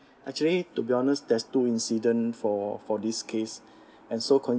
actually to be honest there's two incident for for this case and so